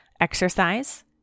exercise